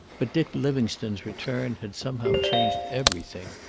but dick livingstone's return had somehow changed everything.